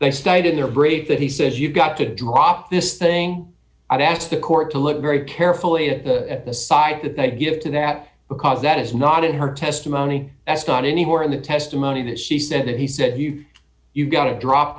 they stayed in their break that he says you've got to drop this thing i've asked the court to look very carefully at the side that they give to that because that is not in her testimony that's not anywhere in the testimony that she said that he said you got to drop